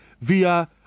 via